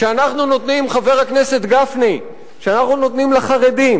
שאנחנו נותנים, חבר הכנסת גפני, לחרדים,